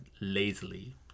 lazily